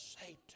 Satan